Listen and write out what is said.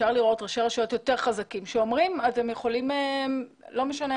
אפשר לראות ראשי רשויות יותר חזקים שאומרים שלא יאכלסו עד.